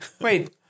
Wait